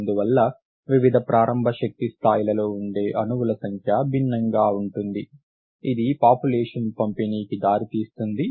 అందువల్ల వివిధ ప్రారంభ శక్తి స్థాయిలలో ఉండే అణువుల సంఖ్య భిన్నంగా ఉంటుంది ఇది పాపులేషన్ పంపిణీకి దారితీస్తుంది